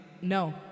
No